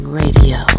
radio